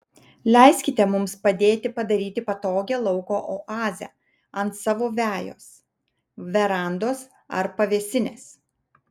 leiskite mums padėti padaryti patogią lauko oazę ant savo vejos verandos ar pavėsinės